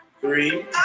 three